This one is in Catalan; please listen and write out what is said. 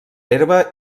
herba